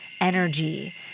energy